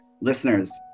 listeners